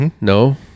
No